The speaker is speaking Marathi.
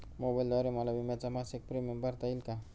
मोबाईलद्वारे मला विम्याचा मासिक प्रीमियम भरता येईल का?